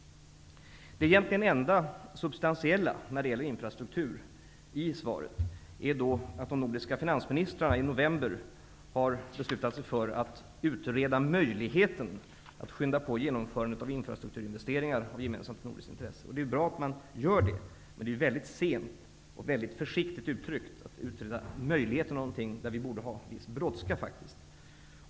Det enda egentligt substantiella i svaret som gäller infrastruktur är att de nordiska finansministrarna i november beslutade sig för att utreda möjligheten att skynda på genomförandet av infrastrukturinvesteringar av gemensamt nordiskt intresse. Det är bra att man gör det. Men det är mycket sent och mycket fösiktigt uttryckt. Man talar om att utreda möjligheten, när vi borde ha en viss brådska.